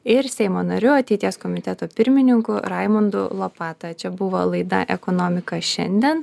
ir seimo nariu ateities komiteto pirmininku raimundu lopata čia buvo laida ekonomika šiandien